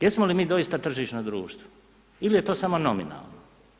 Jesmo li mi doista tržišno društvo ili je to samo nominalno?